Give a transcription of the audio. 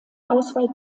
auswahl